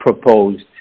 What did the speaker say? proposed